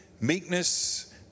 meekness